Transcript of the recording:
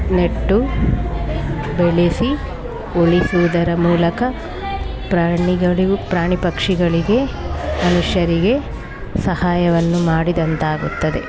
ನೆಟ್ಟು ಬೆಳೆಸಿ ಉಳಿಸುವುದರ ಮೂಲಕ ಪ್ರಾಣಿಗಳಿಗೂ ಪ್ರಾಣಿ ಪಕ್ಷಿಗಳಿಗೆ ಮನುಷ್ಯರಿಗೆ ಸಹಾಯವನ್ನು ಮಾಡಿದಂತಾಗುತ್ತದೆ